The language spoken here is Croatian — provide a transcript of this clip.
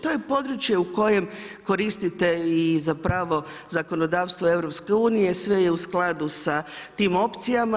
To je područje u kojem koristite i zapravo zakonodavstvo EU, sve je u skladu s tim opcijama.